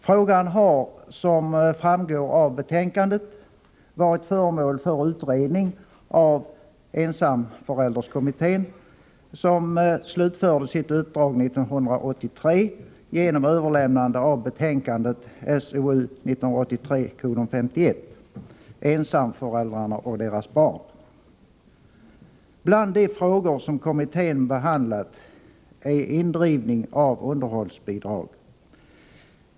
Frågan har, som framgår av betänkandet, varit föremål för utredning av ensamförälderkommittén, som slutförde sitt uppdrag 1983 genom överlämnande av betänkandet SOU 1983:51, Ensamföräldrarna och deras barn. En av de frågor som kommittén har behandlat är indrivning av underhållsbidrag.